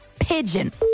Pigeon